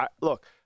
look